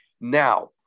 Now